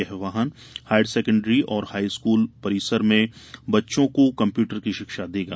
यह वाहन higher secondary एवं हाई स्कूल परिसर में बच्चों को कम्प्यूटर की शिक्षा देगा